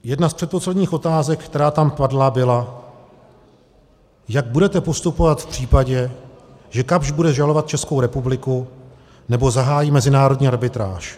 Jedna z předposledních otázek, která tam padla, byla: Jak budete postupovat v případě, že Kapsch bude žalovat Českou republiku nebo zahájí mezinárodní arbitráž?